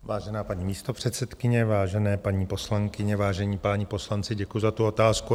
Vážená paní místopředsedkyně, vážené paní poslankyně, vážení páni poslanci, děkuji za tu otázku.